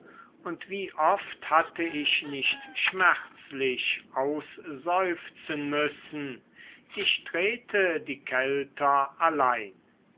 und wie oft hatte ich nicht schmerzlich ausseufzen müssen ich trete die kelter allein